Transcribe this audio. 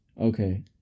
Okay